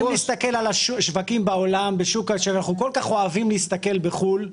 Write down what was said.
אם נסתכל על השווקים בעולם בשוק שאנחנו כל כך אוהבים להסתכל בחו"ל,